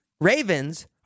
Ravens